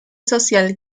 social